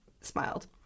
smiled